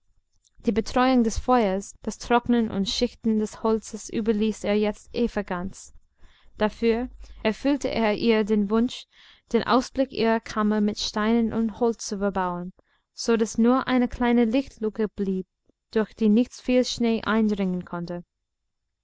die betreuung des feuers das trocknen und schichten des holzes überließ er jetzt eva ganz dafür erfüllte er ihr den wunsch den ausblick ihrer kammer mit steinen und holz zu verbauen so daß nur eine kleine lichtluke blieb durch die nicht viel schnee eindringen konnte